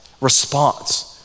response